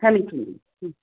समीचीनं